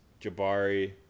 Jabari